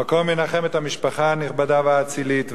המקום ינחם את המשפחה הנכבדה והאצילית,